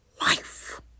life